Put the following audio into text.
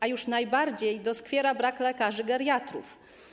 A już najbardziej doskwiera brak lekarzy geriatrów.